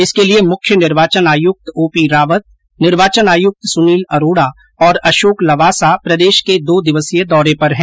इसक लिये मुख्य निर्वाचन आयुक्त ओपी रावत निर्वाचन आयुक्त सुनील अरोड़ा और अशोक लवासा प्रदेश के दो दिवसीय दौरे पर है